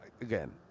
again